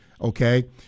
okay